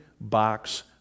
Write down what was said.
box